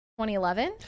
2011